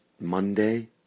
Monday